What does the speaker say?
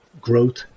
growth